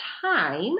time